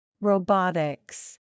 Robotics